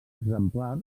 exemplar